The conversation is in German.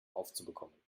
aufzubekommen